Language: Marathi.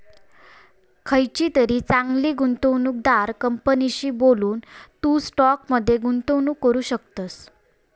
खयचीतरी चांगली गुंवणूकदार कंपनीशी बोलून, तू स्टॉक मध्ये गुंतवणूक करू शकतस